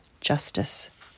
justice